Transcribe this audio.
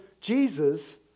Jesus